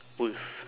wolf